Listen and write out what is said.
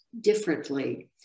differently